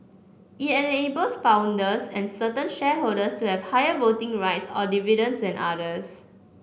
it enables founders and certain shareholders to have higher voting rights or dividends than others